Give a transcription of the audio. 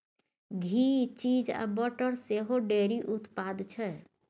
घी, cheese आ butter सेहो dairy उत्पाद छै